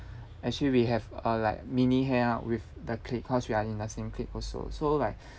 actually we have a like mini hangout with the clique cause we are in the same clique also so like